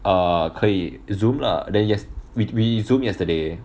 uh 可以 zoom lah then yes~ we we zoom yesterday